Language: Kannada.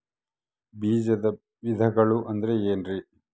ಬೇಜದ ವಿಧಗಳು ಅಂದ್ರೆ ಏನ್ರಿ?